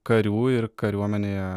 karių ir kariuomenėje